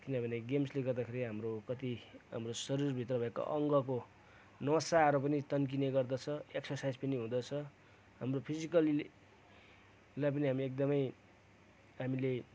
किनभने गेम्सले गर्दाखेरि हाम्रो कति हाम्रो शरीरभित्र भएको अङ्गको नसाहरू पनि तन्किने गर्दछ एक्सर्साइज पनि हुँदछ हाम्रो फिजिकलीलाई पनि एकदमै हामीले